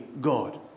God